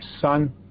son